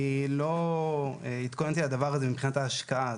אני לא התכוננתי לדבר הזה מבחינת ההשקעה,